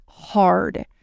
hard